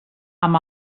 amb